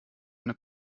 eine